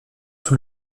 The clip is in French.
sous